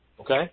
okay